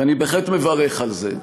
ואני בהחלט מברך על זה.